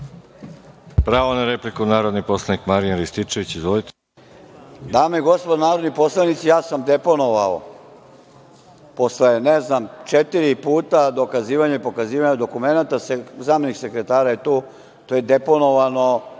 Pravo na repliku, narodni poslanik Marijan Rističević. Izvolite. **Marijan Rističević** Dame i gospodo, narodni poslanici, ja sam deponovao posle, ne znam, četiri puta dokazivanja i pokazivanja dokumenata, zamenik sekretara je tu, to je deponovano